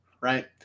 right